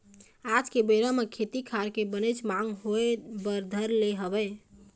आज के बेरा म खेती खार के बनेच मांग होय बर धर ले हवय